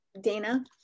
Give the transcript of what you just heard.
dana